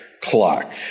clock